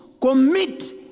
commit